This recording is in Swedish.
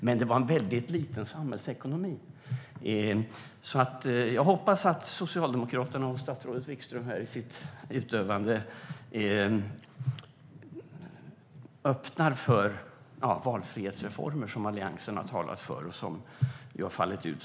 Men de hade väldigt lite samhällsekonomi. Jag hoppas att Socialdemokraterna och statsrådet Wikström i sitt utövande öppnar för valfrihetsreformer som Alliansen har talat för och som har fallit väl ut.